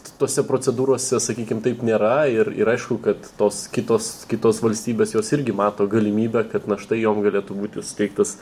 tose procedūrose sakykim taip nėra ir ir aišku kad tos kitos kitos valstybės jos irgi mato galimybę kad na štai jom galėtų būti suteiktas